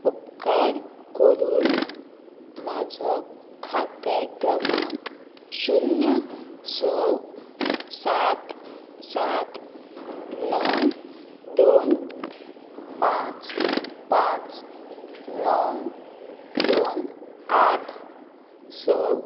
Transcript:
उपकार करून म्हाजो खातें क्रमांक शुन्य स सात सात णव दोन पांच पांच णव दोन आठ स